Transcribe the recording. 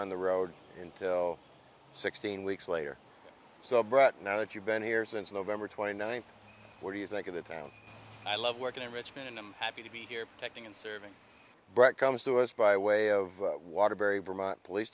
on the road until sixteen weeks later so but now that you've been here since november twenty ninth what do you think of the town i love working in richmond and i'm happy to be here protecting and serving brett comes to us by way of waterbury vermont police